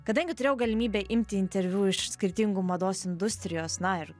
kadangi turėjau galimybę imti interviu iš skirtingų mados industrijos na ir